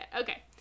okay